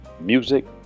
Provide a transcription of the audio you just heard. music